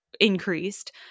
increased